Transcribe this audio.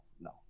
no